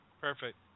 Perfect